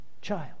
child